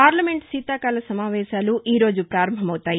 parliament శీతాకాల సమావేశాలు ఈరోజు పారంభమవుతాయి